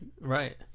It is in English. Right